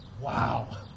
Wow